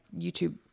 YouTube